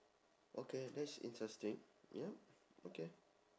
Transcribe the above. okay that's interesting yup okay